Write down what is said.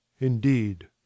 indeed